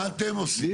מה אתם עושים?